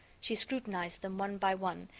she scrutinized them one by one,